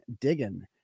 digging